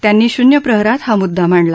त्यांनी शून्य प्रहरात हा मुद्दा मांडला